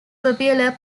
popular